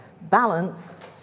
Balance